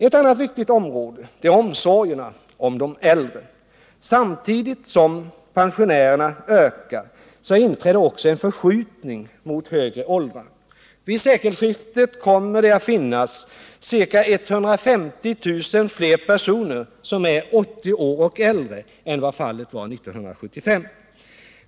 Ett annat viktigt område är omsorgerna om de äldre. Samtidigt som antalet pensionärer ökar inträder också en förskjutning mot högre åldrar. Vid sekelskiftet kommer det att finnas ca 150 000 fler personer som är 80 år och äldre än vad fallet var 1975.